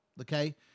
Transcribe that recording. okay